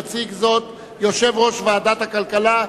יציג אותה יושב-ראש ועדת הכלכלה,